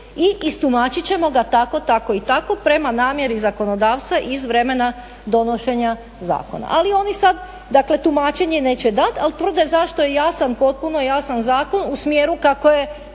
i istumačit ćemo ga tako, tako i tako, prema namjeri zakonodavca iz vremena donošenja zakona, ali oni sad dakle tumačenje neće dati, ali tvrde zašto je jasan, potpuno jasan zakon u smjeru kako je